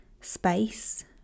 space